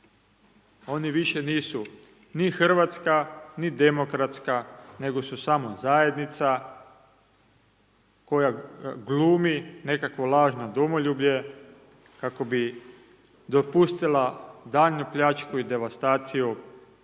Oni više nisu ni hrvatska ni demokratska nego su samo zajednica koja glumi nekakvo lažno domoljublje kako bi dopustila daljnju pljačku i devastaciju